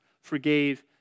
forgave